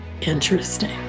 interesting